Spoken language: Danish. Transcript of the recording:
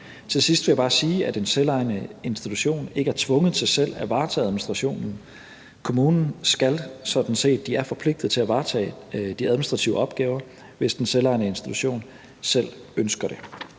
Til sidst vil jeg bare sige, at en selvejende institution ikke er tvunget til selv at varetage administrationen. Kommunen er sådan set forpligtet til at varetage de administrative opgaver, hvis den selvejende institution selv ønsker det.